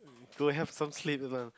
to have some sleep well